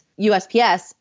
USPS